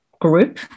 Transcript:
group